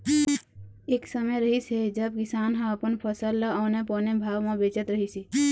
एक समे रिहिस हे जब किसान ह अपन फसल ल औने पौने भाव म बेचत रहिस हे